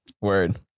word